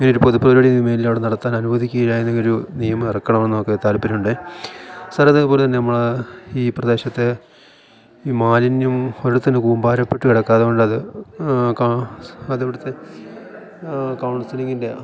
ഇങ്ങനെ ഒരു പൊതുപരിപാടി മേലിൽ ഇവിടെ നടത്താൻ അനുവദിക്കയില്ലാ എന്നൊരു നിയമം ഇറക്കണമെന്നൊക്കെ താല്പര്യമുണ്ട് സാറേ അതേപോലെ തന്നെ ഈ പ്രദേശത്തെ ഈ മാലിന്യം ഒരു ഇടത്ത് തന്നെ കൂമ്പാരപ്പെട്ടു കിടക്കാതെ അതുകൊണ്ട് അത് അത് അവിടുത്തെ കൗണ്സിലിങ്ങിന്റെ